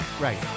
Right